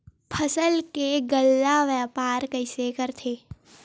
फसल के गल्ला व्यापार कइसे करथे?